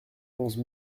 onze